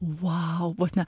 vau vos ne